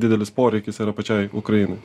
didelis poreikis yra pačiai ukrainai